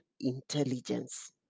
intelligence